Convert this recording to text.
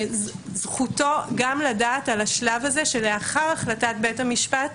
זכותו גם לדעת על השלב הזה שלאחר החלטת בית המשפט.